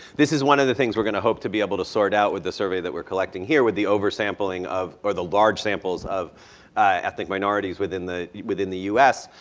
this is one of the things we're going to hope to be able to sort out with the survey that we're collecting here with the oversampling of or the large samples of ethnic minorities within the within the us.